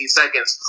seconds